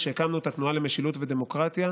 כשהקמנו את התנועה למשילות ודמוקרטיה,